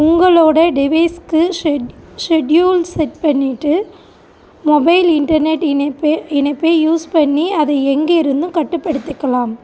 உங்களோடய டிவைஸ்க்கு ஷெட் ஷெட்யூல் செட் பண்ணிட்டு மொபைல் இன்டெர்நெட் இணைப்பை இணைப்பை யூஸ் பண்ணி அதை எங்கே இருந்தும் கட்டுப்படுத்திக்கலாம்